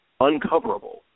uncoverable